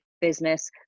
business